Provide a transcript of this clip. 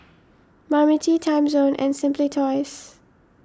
Marmite Timezone and Simply Toys